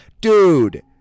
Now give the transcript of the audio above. Dude